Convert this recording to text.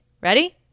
Ready